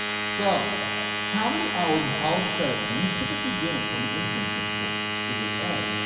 so how many hours of college credit do you typically gain from an internship course? is it a,